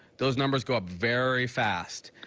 those numbers go up very fast.